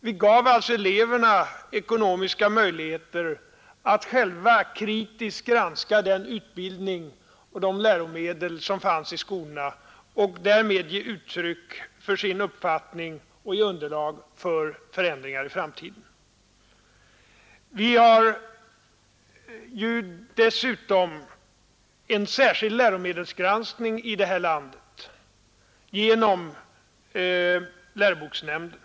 Vi gav alltså eleverna ekonomiska möjligheter att själva kritiskt granska den utbildning och de läromedel som fanns i skolan och därmed ge uttryck för sin uppfattning och lämna underlag för förändringar i framtiden. Vi har dessutom en särskild läromedelsgranskning genom läroboksnämnden.